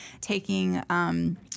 taking –